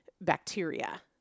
bacteria